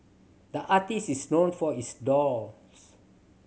the artist is known for his